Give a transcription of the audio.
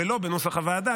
ולא כנוסח הוועדה,